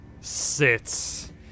sits